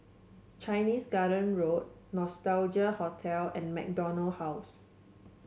Chinese Garden Road Nostalgia Hotel and MacDonald House